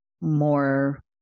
more